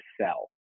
sell